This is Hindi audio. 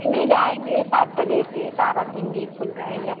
खुल जाएँगे सात बजे से सारा दिन भी खुल जाएगा